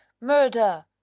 murder